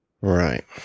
Right